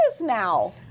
now